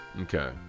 okay